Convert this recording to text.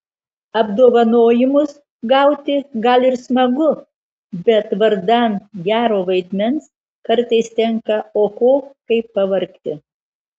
apdovanojimus gauti gal ir smagu bet vardan gero vaidmens kartais tenka oho kaip pavargti